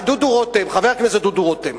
חבר הכנסת דודו רותם,